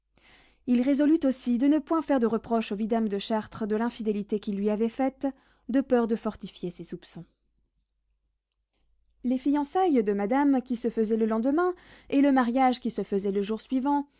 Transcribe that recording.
il résolut aussi de ne point faire de reproches au vidame de chartres de l'infidélité qu'il lui avait faite de peur de fortifier ses soupçons les fiançailles de madame qui se faisaient le lendemain et le mariage qui se faisait le jour suivant